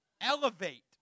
Elevate